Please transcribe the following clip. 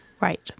Right